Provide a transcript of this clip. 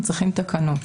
הם צריכים תקנות.